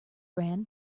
ran